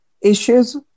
issues